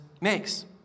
makes